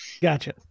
Gotcha